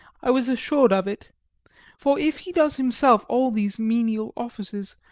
i was assured of it for if he does himself all these menial offices,